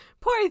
poor